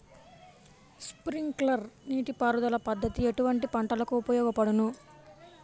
Sprinkler నీటిపారుదల పద్దతి ఎటువంటి పంటలకు ఉపయోగపడును?